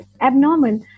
abnormal